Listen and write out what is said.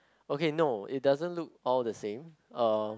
okay no it doesn't look all the same uh